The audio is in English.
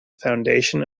foundation